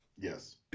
Yes